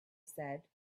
said